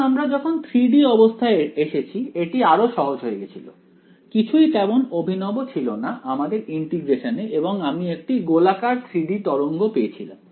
এখন আমরা যখন 3 D অবস্থায় এসেছি এটি আরো সহজ হয়ে গেছিল কিছুই তেমন অভিনব ছিল না আমাদের ইন্টিগ্রেশন এ এবং আমি একটি গোলাকার 3 D তরঙ্গ পেয়েছিলাম